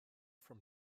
from